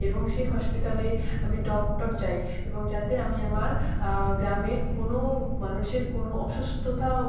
এবং সেই হসপিটালে আমি ডক্টর চাই এবং যাতে আমি আমার গ্রামের কোনো মানুষের কোনো অসুস্থতাও